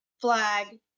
flag